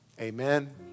Amen